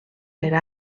per